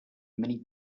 many